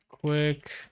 Quick